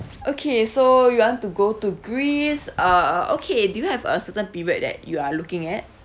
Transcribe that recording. okay so you want to go to greece uh okay do you have a certain period that you are looking at